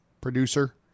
producer